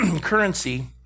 currency